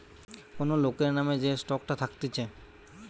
কোন লোকের নাম যে স্টকটা থাকতিছে